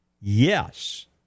Yes